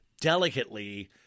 delicately